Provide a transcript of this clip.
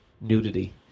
nudity